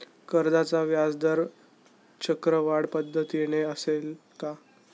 कर्जाचा व्याजदर चक्रवाढ पद्धतीने असेल का?